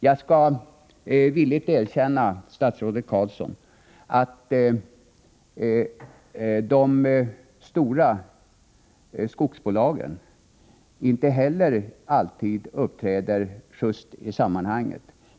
Jag skall villigt erkänna, statsrådet Carlsson, att inte heller de stora skogsbolagen alltid har ett just uppträdande i sammanhanget.